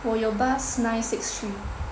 我有 bus nine six three